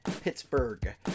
Pittsburgh